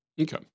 Okay